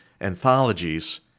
anthologies